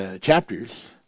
Chapters